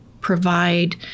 provide